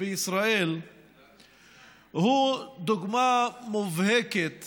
בישראל הוא דוגמה מובהקת